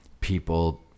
people